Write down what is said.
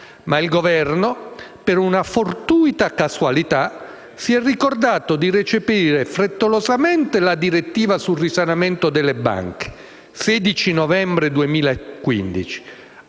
Il Governo infatti, per una fortuita casualità, si è ricordato di recepire frettolosamente la direttiva sul risanamento delle banche (il 16 novembre 2015),